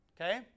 Okay